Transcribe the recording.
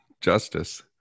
justice